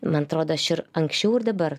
man atrodo aš ir anksčiau ir dabar